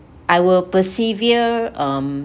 I will persevere um